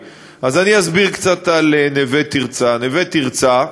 כל תא באגף מיועד להחזקת אסירה אחת.